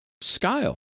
scale